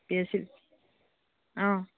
P H চিত অঁ